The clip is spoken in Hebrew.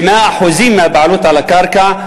ב-100% הבעלות על הקרקע,